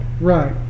Right